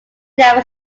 never